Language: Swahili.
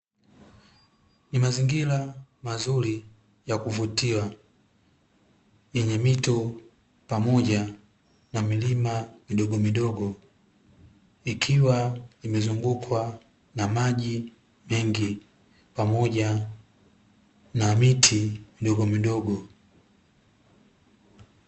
Ni mazingira mazuri yakuvutia yenye mito pamoja na milima midogo midogo. Ikiwa imezungukwa na maji mengi pamoja na miti midogo midogo.